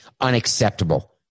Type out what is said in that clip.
Unacceptable